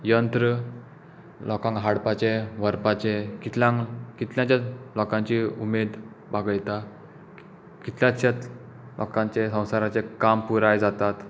यंत्र लोकांक हाडपाचें व्हरपाचें कितलांक कितल्यांच्या लोकांची उमेद भागयता कितल्याशेच लोकांच्या संवसाराचें काम पुराय जाता